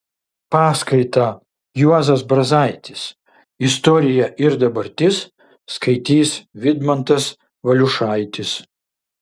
paskaitą juozas brazaitis istorija ir dabartis skaitys vidmantas valiušaitis